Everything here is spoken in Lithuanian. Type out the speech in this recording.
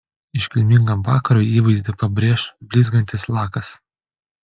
iškilmingam vakarui įvaizdį pabrėš blizgantis lakas